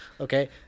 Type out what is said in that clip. Okay